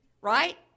right